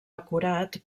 acurat